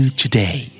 today